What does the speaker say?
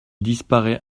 disparaît